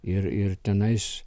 ir ir tenais